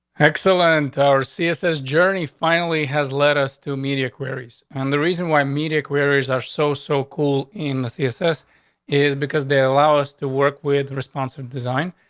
excellent. our css journey finally has led us to media queries on and the reason why media queries are so so cool in the css is because they allow us to work with responsive design.